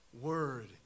word